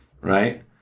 Right